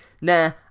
nah